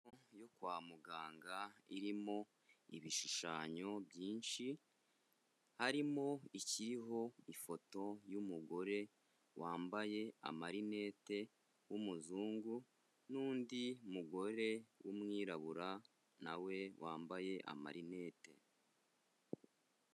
Inyubako yo kwa muganga irimo ibishushanyo byinshi harimo ikiriho ifoto y'umugore wambaye amarinete w'umuzungu n'undi mugore w'umwirabura na we wambaye amarinete.